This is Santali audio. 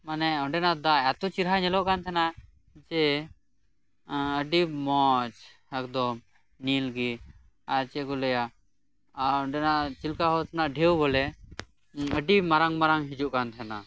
ᱢᱟᱱᱮ ᱚᱸᱰᱮᱱᱟᱜ ᱫᱟᱜ ᱮᱛᱚ ᱪᱮᱨᱦᱟ ᱧᱮᱞᱚᱜ ᱠᱟᱱ ᱛᱟᱦᱮᱸᱱᱟ ᱡᱮ ᱟᱰᱤ ᱢᱚᱸᱡᱽ ᱮᱠᱫᱚᱢ ᱱᱤᱞ ᱜᱮ ᱟᱨ ᱪᱮᱜ ᱠᱚ ᱞᱟᱹᱭᱟ ᱟᱨ ᱚᱸᱰᱮᱱᱟᱜ ᱪᱤᱞᱠᱟ ᱦᱨᱚᱫᱽ ᱨᱮᱱᱟᱜ ᱰᱷᱮᱣ ᱵᱚᱞᱮ ᱟᱰᱤ ᱢᱟᱨᱟᱝ ᱢᱟᱨᱟᱝ ᱦᱤᱡᱩᱜ ᱠᱟᱱ ᱛᱟᱦᱮᱸᱱᱟ